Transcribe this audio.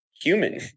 human